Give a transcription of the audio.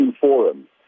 Forum